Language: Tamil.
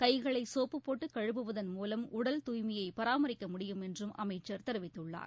கை களை சோப்புப் போட்டு கழுவுவதன் மூவம் உடல் தூய்மையை பராமரிக்க முடியும் என்றும் அமைச்சர் தெரிவித்துள்ளார்